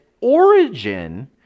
origin